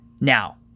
Now